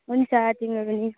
हुन्छ तिमीलाई पनि